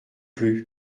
plus